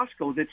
Costco